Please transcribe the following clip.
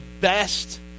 best